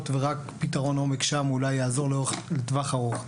ורק פתרון עומק שם אולי יעזור לטווח ארוך.